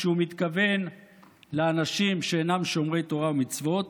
כשהוא מתכוון לאנשים שאינם שומרי תורה ומצוות,